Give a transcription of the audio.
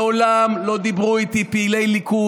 מעולם לא דיברו איתי פעילי ליכוד,